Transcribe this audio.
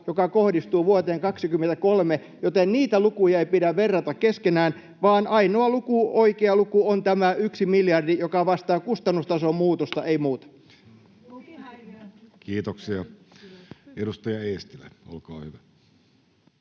joka kohdistuu vuoteen 23, joten niitä lukuja ei pidä verrata keskenään, vaan ainoa oikea luku on tämä yksi miljardi, joka vastaa kustannustason muutosta, ei muuta. [Anne Rintamäki: